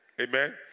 Amen